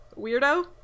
Weirdo